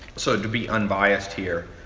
so, to be unbiased here,